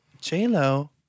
J-Lo